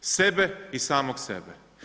Sebe i samog sebe.